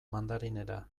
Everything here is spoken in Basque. mandarinera